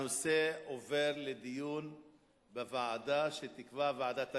הנושא עובר לדיון בוועדה שתקבע ועדת הכנסת.